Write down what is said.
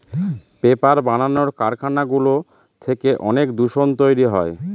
paper বানানোর কারখানাগুলো থেকে অনেক দূষণ তৈরী হয়